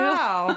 Wow